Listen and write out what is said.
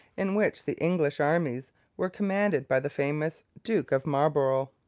in which the english armies were commanded by the famous duke of marlborough.